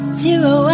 zero